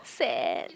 sad